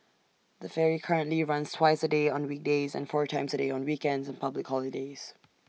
the ferry currently runs twice A day on weekdays and four times A day on weekends and public holidays